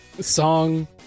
song